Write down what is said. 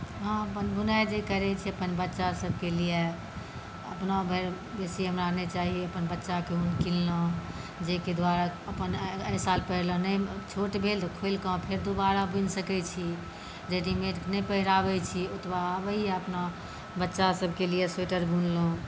हँ हम अपन बुनाइ जे करै छियै बच्चा सभकेँ लिए अपना भरि बेसी हमरा नहि चाही बच्चाके उन किनलहुँ जाहिके द्वारा अपन एहि साल पहिरलहुँ छोट भेल तऽ खोलि कऽ फेर दुबारा बुनि सकै छी रेडीमेड नहि पहिराबै छी हमरा आबैए अपना बच्चा सभकेँ लिए स्वेटर बनलहुँ